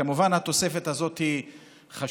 כמובן שהתוספת הזאת היא חשובה,